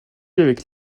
avec